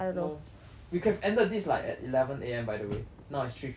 we could have ended this like at eleven A_M by the way now is three fifteen P_M